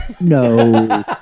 No